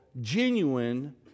genuine